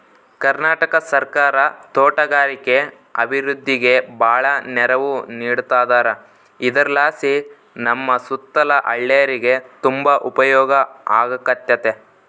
ಕರ್ನಾಟಕ ಸರ್ಕಾರ ತೋಟಗಾರಿಕೆ ಅಭಿವೃದ್ಧಿಗೆ ಬಾಳ ನೆರವು ನೀಡತದಾರ ಇದರಲಾಸಿ ನಮ್ಮ ಸುತ್ತಲ ಹಳ್ಳೇರಿಗೆ ತುಂಬಾ ಉಪಯೋಗ ಆಗಕತ್ತತೆ